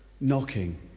Knocking